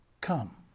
Come